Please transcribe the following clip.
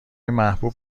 محبوب